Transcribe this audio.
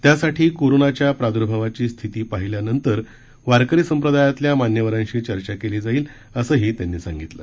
त्यासाठी कोरोनाच्या प्रादृभावाची स्थिती पाहिल्यानंतर वारकरी संप्रदायातील मान्यवरांशी चर्चा केली जाईल असंही त्यांनी सांगितलं